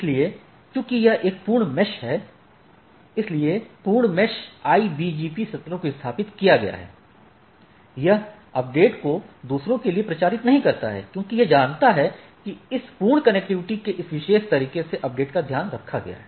इसलिए चूंकि यह एक पूर्ण मेश है इसलिए पूर्ण मेश IBGP सत्रों को स्थापित किया गया है यह अपडेट को दूसरे के लिए प्रचारित नहीं करता है क्योंकि यह जानता है कि इस पूर्ण कनेक्टिविटी के इस विशेष तरीके से अपडेट का ध्यान रखा गया है